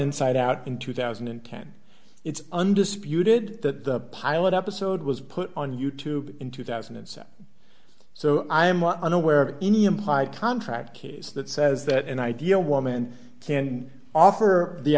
inside out in two thousand and ten it's undisputed that the pilot episode was put on you tube in two thousand and seven so i am unaware of any implied contract case that says that an ideal woman can offer the